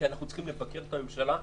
כי אנחנו צריכים לבקר את הממשלה,